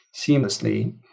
seamlessly